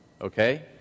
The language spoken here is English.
Okay